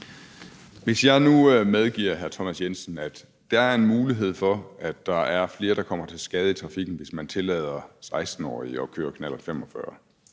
hr. Thomas Jensen, at der er en mulighed for, at der er flere, der kommer til skade i trafikken, hvis man tillader 16-årige at køre knallert 45,